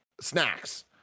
snacks